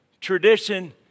tradition